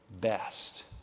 best